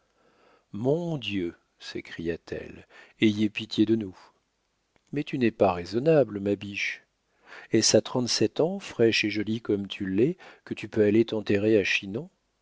mon dieu s'écria-t-elle ayez pitié de nous mais tu n'es pas raisonnable ma biche est-ce à trente-sept ans fraîche et jolie comme tu l'es que tu peux aller t'enterrer